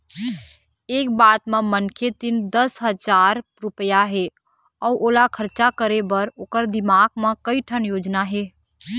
ए बात म मनखे तीर दस हजार रूपिया हे अउ ओला खरचा करे बर ओखर दिमाक म कइ ठन योजना हे